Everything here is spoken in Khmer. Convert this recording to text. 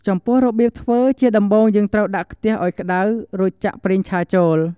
ចំពោះរបៀបធ្វើ ជាដំបូងយើងត្រូវដាក់ខ្ទះឱ្យក្តៅ រួចចាក់ប្រេងឆាចូល។